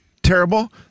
Terrible